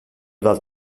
dal